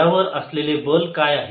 यावर असलेले बल काय आहे